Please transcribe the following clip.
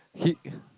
he